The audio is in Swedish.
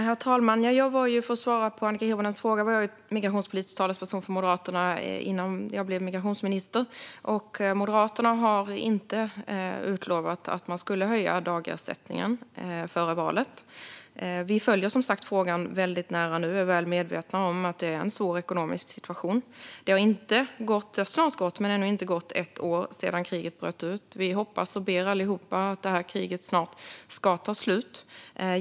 Herr talman! Jag var, för att svara på Annika Hirvonens fråga, migrationspolitisk talesperson för Moderaterna innan jag blev migrationsminister. Moderaterna utlovade inte före valet att man skulle höja dagersättningen. Vi följer som sagt nu frågan väldigt nära och är väl medvetna om att det är en svår ekonomisk situation. Det har ännu inte, men snart, gått ett år sedan kriget bröt ut. Vi hoppas och ber allihop att det snart ska ta slut.